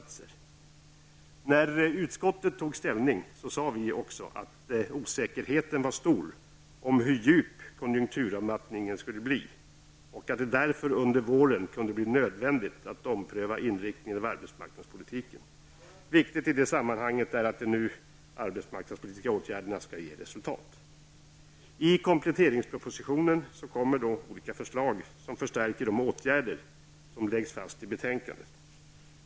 I samband med utskottets ställningstagande sade vi också att osäkerheten var stor om hur djup konjunkturavmattningen skulle bli och att det därför under våren kunde bli nödvändigt att ompröva inriktningen av arbetspolitiken. Viktigt i detta sammanhang är att det är nu som de arbetsmarknadspolitiska åtgärderna skall ge resultat. I och med kompletteringspropositionen kommer olika förslag som förstärker de åtgärder som läggs fast i betänkandet.